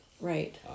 right